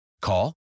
Call